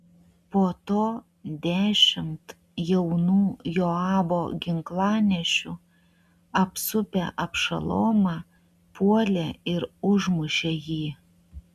po to dešimt jaunų joabo ginklanešių apsupę abšalomą puolė ir užmušė jį